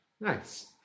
Nice